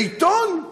בעיתון.